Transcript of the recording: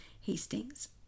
Hastings